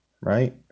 right